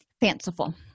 fanciful